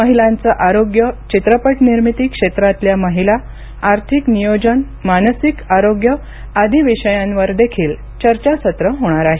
महिलांचं आरोग्य चित्रपटनिर्मिती क्षेत्रातल्या महिला आर्थिक नियोजन मानसिक आरोग्य आदी विषयांवरदेखील चर्चासत्रं होणार आहेत